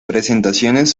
presentaciones